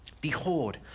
Behold